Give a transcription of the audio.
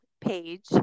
page